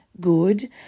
good